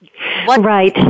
Right